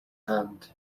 hand